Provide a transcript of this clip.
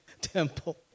temple